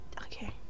Okay